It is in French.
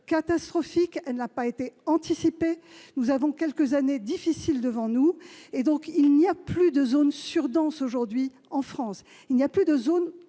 catastrophique, qui n'a pas été anticipée. Nous avons quelques années difficiles devant nous. Aujourd'hui, il n'y a plus de zones sur-denses en France. Il n'y a plus de zones